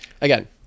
again